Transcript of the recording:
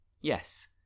yes